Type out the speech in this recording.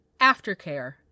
Aftercare